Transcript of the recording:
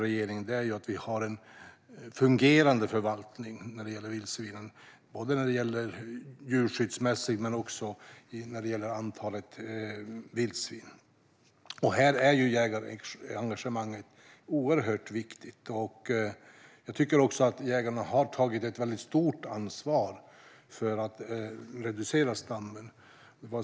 Regeringens mål är att vi har en fungerande förvaltning av vildsvinen, både djurskyddsmässigt och när det gäller antalet. Här är jägarengagemanget oerhört viktigt. Jag tycker också att jägarna har tagit ett mycket stort ansvar för att reducera stammen.